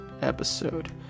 episode